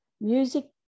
music